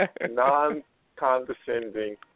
non-condescending